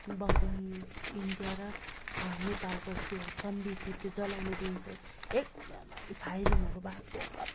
India र नेपालको त्यो सन्धि थियो त्यो जलाउने दिन चाहिँ एकदम फाइरिङहरू भएको